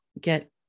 get